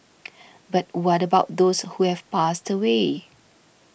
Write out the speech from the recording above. but what about those who have passed away